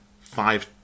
five